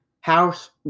House